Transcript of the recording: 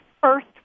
first